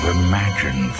imagine